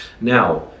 now